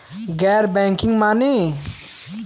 गैर बैंकिंग माने?